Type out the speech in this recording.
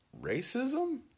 racism